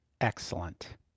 Excellent